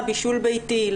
בישול ביתי,